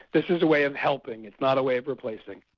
this is a way of helping, it's not a way of replacing.